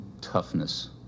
toughness